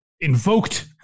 invoked